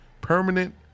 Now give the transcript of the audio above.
permanent